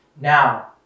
Now